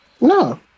No